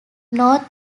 north